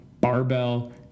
barbell